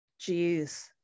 Jeez